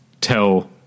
tell